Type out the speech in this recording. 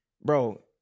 bro